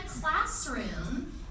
classroom